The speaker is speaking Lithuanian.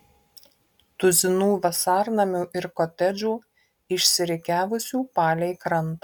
tuzinų vasarnamių ir kotedžų išsirikiavusių palei krantą